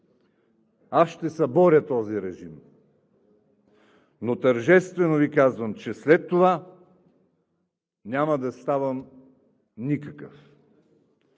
„Аз ще съборя този режим, но тържествено Ви казвам, че след това няма да ставам никакъв.“